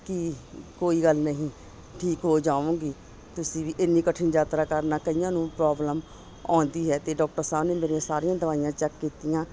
ਕਿ ਕੋਈ ਗੱਲ ਨਹੀਂ ਠੀਕ ਹੋ ਜਾਵੋਂਗੇ ਤੁਸੀਂ ਵੀ ਐਨੀ ਕਠਿਨ ਯਾਤਰਾ ਕਰਨਾ ਕਈਆਂ ਨੂੰ ਪ੍ਰੋਬਲਮ ਆਉਂਦੀ ਹੈ ਅਤੇ ਡੋਕਟਰ ਸਾਹਿਬ ਨੇ ਮੇਰੀਆਂ ਸਾਰੀਆਂ ਦਵਾਈਆਂ ਚੈੱਕ ਕੀਤੀਆਂ